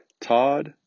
Todd